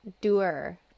doer